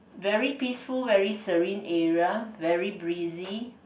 very peaceful very serene area very breezy